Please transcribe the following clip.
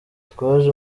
twaje